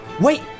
wait